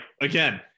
again